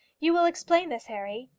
you will explain this, harry.